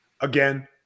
Again